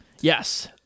Yes